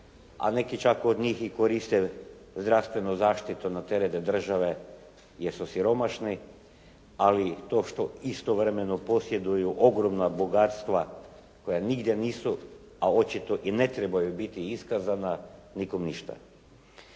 a neki čak od njih i koriste zdravstvenu zaštitu na teret države jer su siromašni, ali to što istovremeno posjeduju ogromna bogatstva koja nigdje nisu, a očito i ne trebaju biti iskazana, nikom ništa.